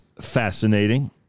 fascinating